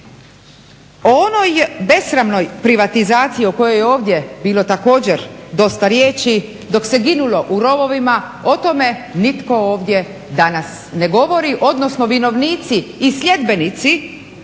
O onoj besramnoj privatizaciji, o kojoj je ovdje bilo također dosta riječi, dok se ginulo u rovovima o tome nitko ovdje danas ne govori, odnosno vinovnici i sljedbenici,